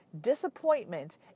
Disappointment